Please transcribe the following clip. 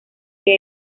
que